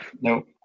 Nope